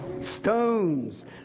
Stones